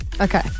Okay